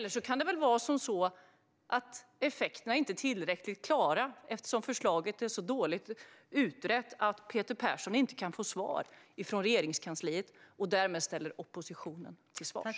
Det kan även vara så att effekterna inte är tillräckligt klara, eftersom förslaget är så dåligt utrett att Peter Persson inte kan få svar från Regeringskansliet och därmed ställer oppositionen till svars.